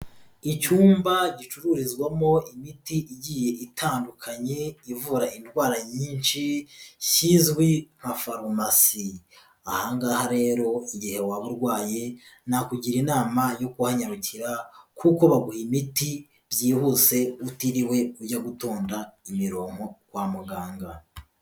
Icyumba gicururizwamo imiti igiye itandukanye, ivura indwara nyinshi, kizwi nka farumasi. Aha ngaha rero igihe waba urwaye nakugira inama yo kuhanyarukira, kuko baguha imiti byihuse utiriwe ujya gutonda imirongo kwa muganga.